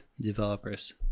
developers